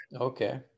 Okay